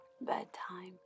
Bedtime